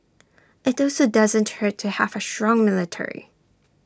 IT also doesn't hurt to have A strong military